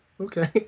Okay